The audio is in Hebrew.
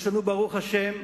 יש לנו, ברוך השם,